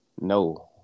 no